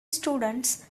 students